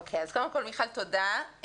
תודה.